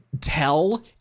tell